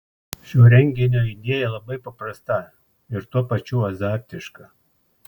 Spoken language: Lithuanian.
šio renginio idėja labai paprasta ir tuo pačiu azartiška